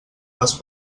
les